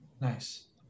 Nice